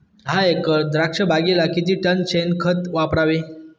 दहा एकर द्राक्षबागेला किती टन शेणखत वापरावे?